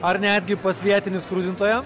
ar netgi pas vietinį skrudintoją